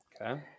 Okay